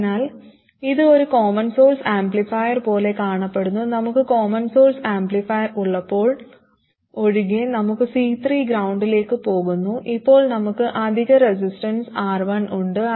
അതിനാൽ ഇത് ഒരു കോമൺ സോഴ്സ് ആംപ്ലിഫയർ പോലെ കാണപ്പെടുന്നു നമുക്ക് കോമൺ സോഴ്സ് ആംപ്ലിഫയർ ഉള്ളപ്പോൾ ഒഴികെ നമുക്ക് C3 ഗ്രൌണ്ടിലേക്ക് പോകുന്നു ഇപ്പോൾ നമുക്ക് അധിക റെസിസ്റ്റർ R1 ഉണ്ട്